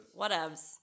Whatevs